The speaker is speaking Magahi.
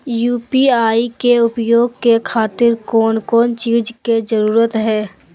यू.पी.आई के उपयोग के खातिर कौन कौन चीज के जरूरत है?